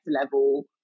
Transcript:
level